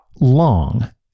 long